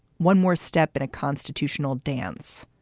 one more step in a constitutional dance.